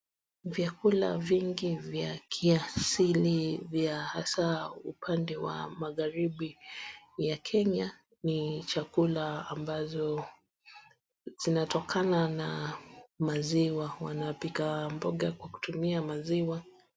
Vyakula vingi vya kiasili vya hasaa upande wa magaribi ya kenya ni chakula ambazo zinatokana na maziwa wanapika mboga kwa kutumia maziwa.